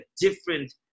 different